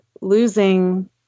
losing